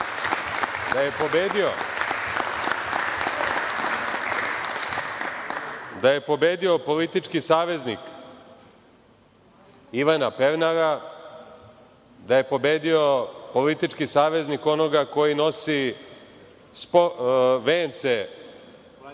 Da je pobedio politički saveznik Ivana Pernara, da je pobedio politički saveznik onoga koji nosi vence